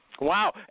Wow